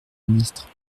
ministre